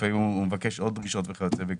לפעמים הוא מבקש עוד פגישות וכיוצא בכך.